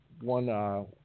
one